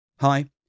Hi